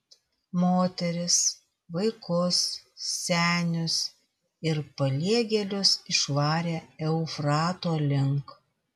moteris vaikus senius ir paliegėlius išvarė eufrato link